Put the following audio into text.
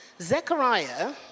Zechariah